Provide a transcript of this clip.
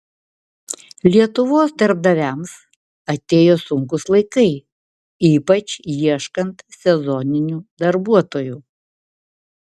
lietuvos darbdaviams atėjo sunkūs laikai ypač ieškant sezoninių darbuotojų